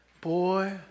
Boy